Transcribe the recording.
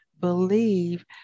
believe